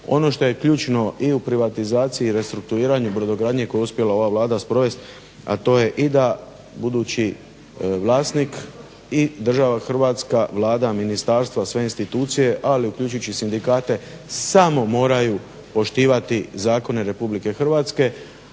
ono što je ključno i u privatizaciji i u restrukturiranju brodogradnje koje je uspjela ova Vlada sprovesti to je i da budući vlasnik i država Hrvatska, Vlada, ministarstva, sve institucije ali uključujući i sindikate samo moraju poštivati zakone Republike Hrvatske,